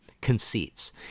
conceits